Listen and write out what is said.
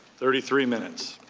thirty three minutes.